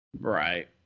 Right